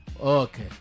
Okay